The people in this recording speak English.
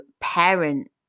parent